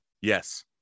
Yes